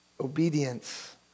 obedience